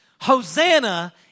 Hosanna